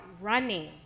running